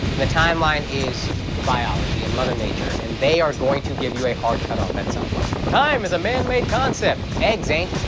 the timeline is biology and mother nature, and they are going to give you a hard cutoff at some point. time is a man-made concept. eggs ain't.